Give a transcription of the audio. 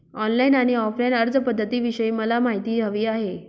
online आणि offline अर्जपध्दतींविषयी मला माहिती हवी आहे